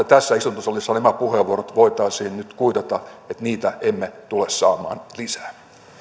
tässä istuntosalissa nämä puheenvuorot voitaisiin nyt kuitata niin että niitä emme tule saamaan lisää